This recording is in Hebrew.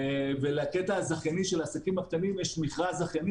לקטע הזכייני של העסקים הקטנים יש מכרז זכייני